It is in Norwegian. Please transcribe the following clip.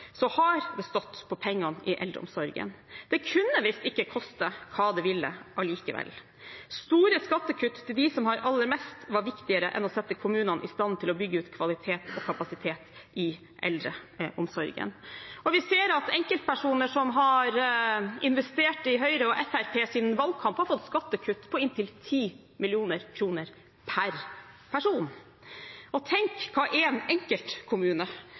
har det stått på pengene i eldreomsorgen. Det kunne visst ikke koste hva det ville, allikevel. Store skattekutt til dem som har aller mest, var viktigere enn å sette kommunene i stand til å bygge ut kvalitet og kapasitet i eldreomsorgen. Vi ser at enkeltpersoner som har investert i Høyres og Fremskrittspartiets valgkamp, har fått skattekutt på inntil 10 mill. kr per person. Tenk hva en enkeltkommune kunne skapt av eldreomsorg hvis de hadde fått tilsvarende løft fra regjeringens side. Det er